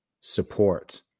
support